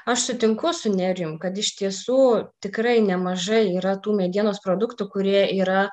aš sutinku su nerijum kad iš tiesų tikrai nemažai yra tų medienos produktų kurie yra